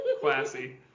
Classy